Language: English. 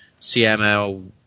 CML